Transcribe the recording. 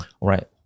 Right